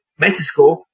Metascore